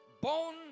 bone